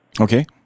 Okay